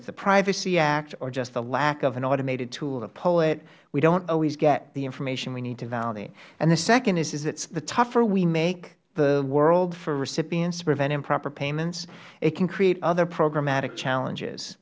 the privacy act or just the lack of an automated tool to pull it we don't always get the information we need to validate the second is the tougher we make the world for recipients to prevent improper payments it can create other programmatic challenges